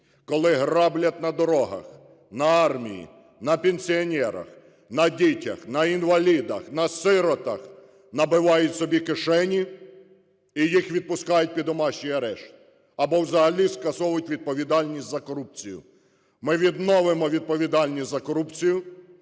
коли граблять на дорогах, на армії, на пенсіонерах, на дітях, на інвалідах, на сиротах, набивають собі кишені, і їх відпускають під домашній арешт, або взагалі скасовують відповідальність за корупцію. Ми відновимо відповідальність за корупцію,